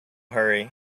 hurry